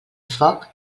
foc